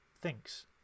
thinks